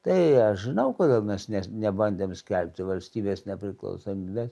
tai aš žinau kodėl mes nes nebandėm skelbti valstybės nepriklausomybės